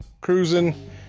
cruising